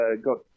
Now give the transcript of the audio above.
got